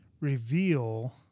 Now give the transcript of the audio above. reveal